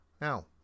Now